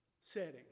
setting